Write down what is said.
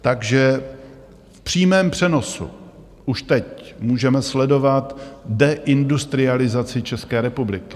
Takže v přímém přenosu už teď můžeme sledovat deindustrializaci České republiky.